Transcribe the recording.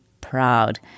proud